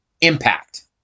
Impact